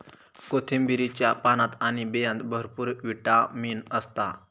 कोथिंबीरीच्या पानात आणि बियांत भरपूर विटामीन असता